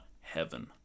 heaven